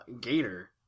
Gator